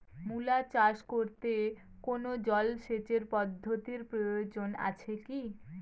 মূলা চাষ করতে কোনো জলসেচ পদ্ধতির প্রয়োজন আছে কী?